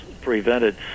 prevented